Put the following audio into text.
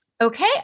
Okay